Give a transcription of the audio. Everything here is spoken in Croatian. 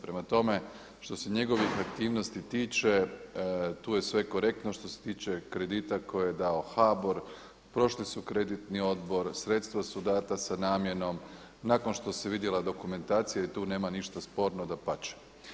Prema tome što se njegovih aktivnosti tiče tu je sve korektno, što se tiče kredita koje je dao HBOR, prošli su kreditni odbor, sredstva su dana sa namjenom, nakon što se vidjela dokumentacija i tu nema ništa sporno, dapače.